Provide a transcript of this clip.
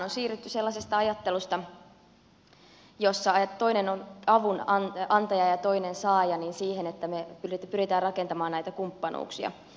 on siirrytty sellaisesta ajattelusta jossa toinen on avunantaja ja toinen saaja siihen että me pyrimme rakentamaan näitä kumppanuuksia